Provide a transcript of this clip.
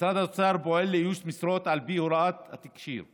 משרד האוצר פועל לאיוש משרות על פי הוראת התקשי"ר,